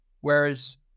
whereas